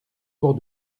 gros